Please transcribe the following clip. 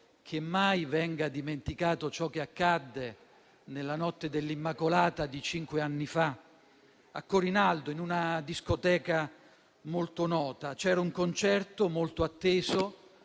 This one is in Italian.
che mai venga dimenticato ciò che accadde nella notte dell'Immacolata di cinque anni fa a Corinaldo, in una discoteca molto nota, dove c'era un concerto molto atteso